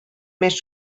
més